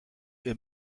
est